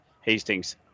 Hastings